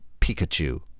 Pikachu